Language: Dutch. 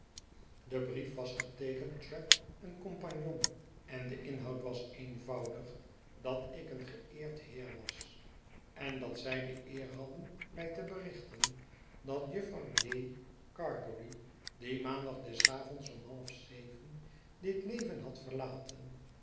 de brief was geteekend trabb en comp en de inhoud was eenvoudig dat ik een geeerd heer was en dat zij de eer hadden mij te berichten dat jufvrouw j gargery dien maandag des avonds om half zeven dit leven had verlaten